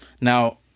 Now